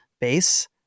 base